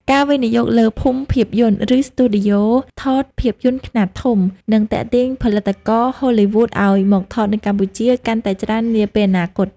ការវិនិយោគលើ "ភូមិភាពយន្ត" ឬស្ទូឌីយោថតភាពយន្តខ្នាតធំ នឹងទាក់ទាញផលិតករហូលីវូដឱ្យមកថតនៅកម្ពុជាកាន់តែច្រើននាពេលអនាគត។